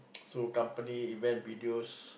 so company event videos